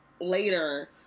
Later